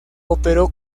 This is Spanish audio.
operó